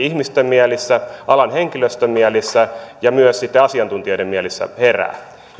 ihmisten mielissä alan henkilöstön mielissä ja myös sitten asiantuntijoiden mielissä heräävät